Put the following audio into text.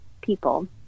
people